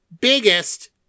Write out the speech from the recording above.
biggest